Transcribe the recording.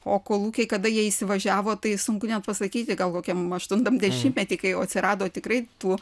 o kolūkiai kada jie įsivažiavo tai sunku net pasakyti gal kokiam aštuntam dešimtmety kai jau atsirado tikrai tų